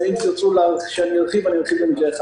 ואם תרצו שארחיב אעשה את זה.